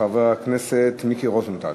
חבר הכנסת מיקי רוזנטל.